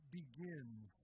begins